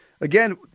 Again